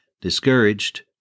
discouraged